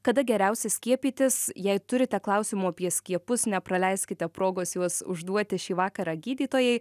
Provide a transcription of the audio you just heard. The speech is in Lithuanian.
kada geriausia skiepytis jei turite klausimų apie skiepus nepraleiskite progos juos užduoti šį vakarą gydytojai